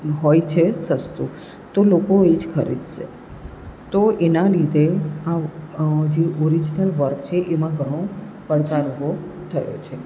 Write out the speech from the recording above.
હોય છે સસ્તું તો લોકો એ જ ખરીદશે તો એના લીધે આ જે ઓરીજનલ વર્ક છે એમાં ઘણો પડકાર ઊભો થયો છે